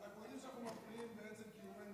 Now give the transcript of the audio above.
אנחנו יודעים שאנחנו מפריעים בעצם קיומנו,